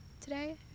today